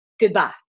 Goodbye